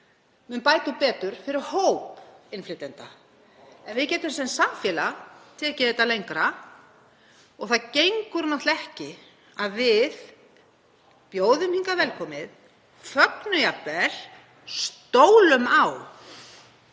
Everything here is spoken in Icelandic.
mun bæta um betur fyrir hóp innflytjenda en við getum sem samfélag tekið þetta lengra og það gengur náttúrlega ekki að við bjóðum fólk hingað velkomið, fögnum jafnvel og stólum á